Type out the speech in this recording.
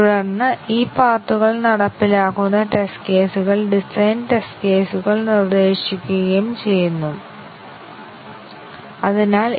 അതിനാൽ MCDC testing വളരെ കുറച്ച് ടെസ്റ്റ് കേസുകളുള്ള വളരെ ഫലപ്രദമായ ടെസ്റ്റിംഗ് സാങ്കേതികതയാണെന്ന് ഞങ്ങൾ കണ്ടു